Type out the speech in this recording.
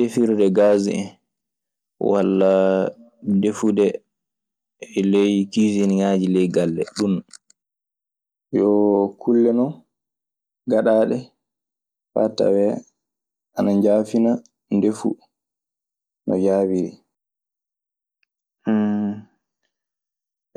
Defrde gaas en walla defude e ley kisiniŋaaji ley galle. Ɗun non, yo kulle non gaɗaade faa tawee ana njaafina ndefu no yaawiri.